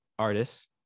artists